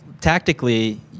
Tactically